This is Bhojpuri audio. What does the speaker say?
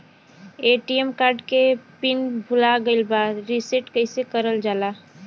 ए.टी.एम कार्ड के पिन भूला गइल बा रीसेट कईसे करल जाला?